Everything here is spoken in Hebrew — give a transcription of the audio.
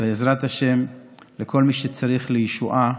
ובעזרת השם, כל מי שצריך לישועה